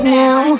now